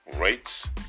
rates